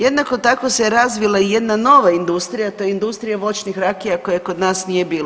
Jednako tako se razvila i jedna nova industrija, to je industrija voćnih rakija koje kod nas nije bilo.